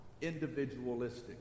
individualistic